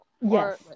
yes